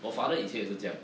我 father 以前也是这样